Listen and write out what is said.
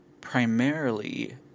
primarily